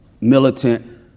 militant